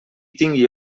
tingui